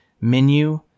menu